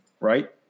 right